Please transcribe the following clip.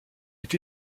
est